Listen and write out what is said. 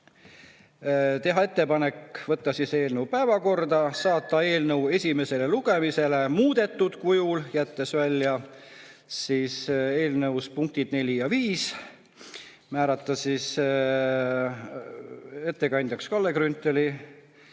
teha ettepanek võtta eelnõu päevakorda, saata eelnõu esimesele lugemisele muudetud kujul, jättes välja [§ 1] punktid 4 ja 5, määrata ettekandjaks Kalle Grünthal